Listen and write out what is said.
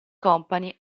company